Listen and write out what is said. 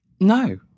No